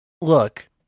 Look